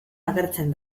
agertzen